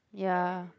ya